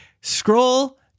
Scroll